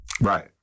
Right